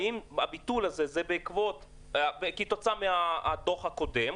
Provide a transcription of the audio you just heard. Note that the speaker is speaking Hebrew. האם הביטול הזה הוא כתוצאה מהדוח הקודם,